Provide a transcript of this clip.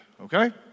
Okay